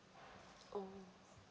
oh